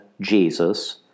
Jesus